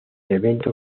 evento